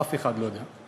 אף אחד לא יודע.